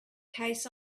case